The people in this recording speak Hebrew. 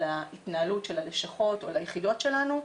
ההתנהלות של הלשכות או על היחידות שלנו,